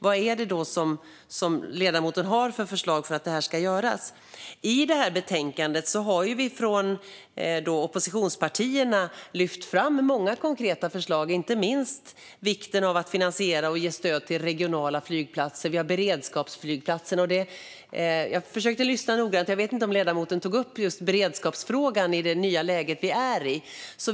Vad har ledamoten för förslag för att detta ska göras? I betänkandet har vi från oppositionspartierna lyft fram många konkreta förslag och inte minst vikten av att finansiera och ge stöd till regionala flygplatser. Vi har också beredskapsflygplatserna. Jag försökte lyssna noga, men jag vet inte om ledamoten tog upp just beredskapsfrågan i det nya läget vi är i.